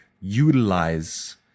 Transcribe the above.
utilize